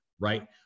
right